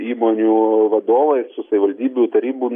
įmonių vadovais su savivaldybių tarybų